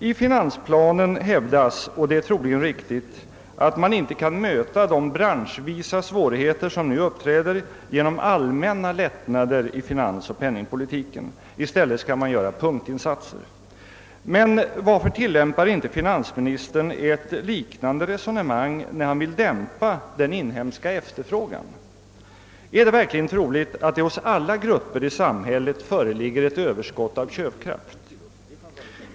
I finansplanen hävdas — och det är troligen riktigt — att man inte kan möta de branschvisa svårigheter som nu uppträder genom allmänna lättnader i finansoch penningpolitiken, utan att man i stället bör göra punktinsatser. Men varför tillämpar inte finansministern ett liknande resonemang när han vill dämpa den inhemska efterfrågan? Är det verkligen troligt att det hos alla grupper i samhället föreligger ett överskott av köpkraft?